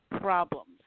problems